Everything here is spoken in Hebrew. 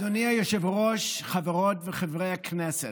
אדוני היושב-ראש, חברות וחברי הכנסת,